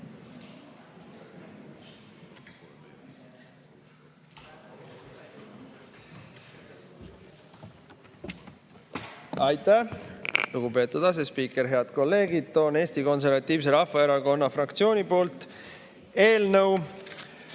Aitäh, lugupeetud asespiiker! Head kolleegid! Toon Eesti Konservatiivse Rahvaerakonna fraktsiooni nimel eelnõu